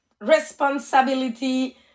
responsibility